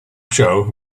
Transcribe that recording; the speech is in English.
show